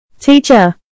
Teacher